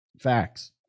Facts